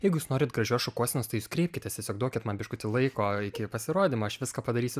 jeigu jūs norit gražios šukuosenos tai jūs kreipkitės tiesiog duokit man biškutį laiko iki pasirodymo aš viską padarysiu